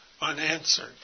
unanswered